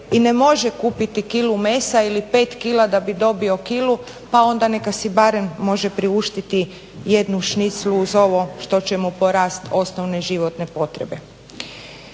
i ne može kupiti kilu mesa ili 5 kila da bi dobio kilu, pa onda neka si barem može priuštiti jednu šniclu uz ovo što će mu porasti osnovne životne potrebe.